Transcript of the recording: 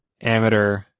Amateur